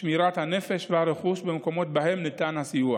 על שמירת הנפש והרכוש במקומות שבהם ניתן הסיוע